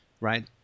right